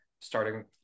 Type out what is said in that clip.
starting